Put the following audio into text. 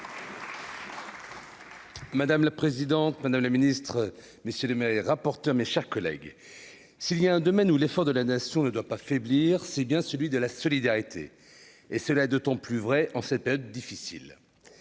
Madame la présidente, madame la ministre, Ministre mais c'est le rapporteur, mes chers collègues, s'il y a un domaine où l'effort de la nation ne doit pas faiblir, c'est bien celui de la solidarité, et cela d'autant plus vrai en cette période difficile,